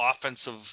offensive